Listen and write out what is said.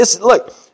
Look